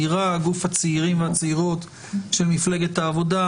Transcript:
גוף הצעירים והצעירות של מפלגת העבודה,